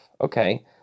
okay